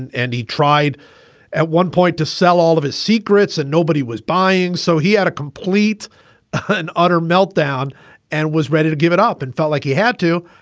and and he tried at one point to sell all of his secrets and nobody was buying so he had a complete and utter meltdown and was ready to give it up and felt like he had to.